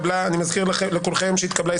יאללה, הצבעה.